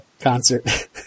concert